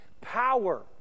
Power